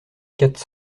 quatre